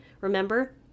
Remember